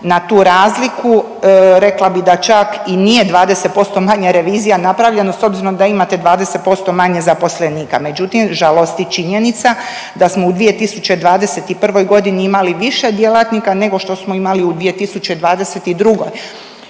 na tu razliku, rekla bi da čak i nije 20% manja revizija napravljeno s obzirom da imate 20% manje zaposlenika, međutim žalosti činjenica da smo u 2021.g. imali više djelatnika nego što smo imali u 2022.,